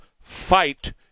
fight